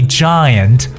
giant